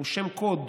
הוא שם קוד